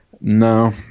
No